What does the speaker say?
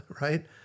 right